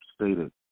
stated